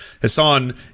hassan